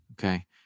Okay